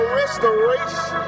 restoration